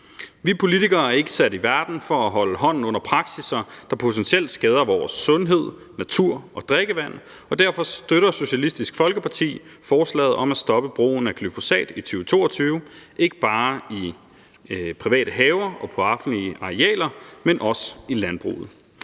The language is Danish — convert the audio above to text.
Vi politikere er ikke sat i verden for at holde hånden under praksisser, der potentielt skader vores sundhed, natur og drikkevand, og derfor støtter Socialistisk Folkeparti forslaget om at stoppe brugen af glyfosat i 2022, ikke bare i private haver og på offentlige arealer, men også i landbruget.